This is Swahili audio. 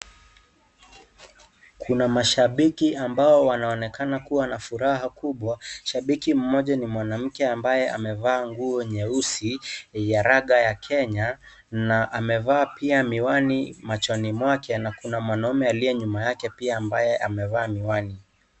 Kuna mashabiki ambao wanaonekana kuwa na furaha kubwa, shabiki mmoja ni mwanamke ambaye amevaa nguo nyeusi ya raga ya Kenya, na amevaa pia miwani machoni mwake na kuna mwanaume aliye nyuma yake pia ambaye amevaa miwani.